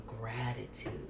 gratitude